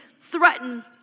threaten